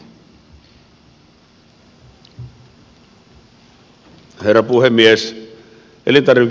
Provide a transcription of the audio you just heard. herra puhemies